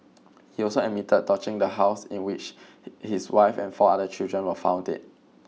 he also admitted torching the house in which his wife and four other children were found dead